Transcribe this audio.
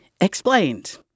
explained